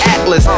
Atlas